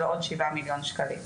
של עוד 7 מיליון שקלים.